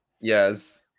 yes